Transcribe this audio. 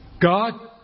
God